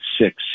six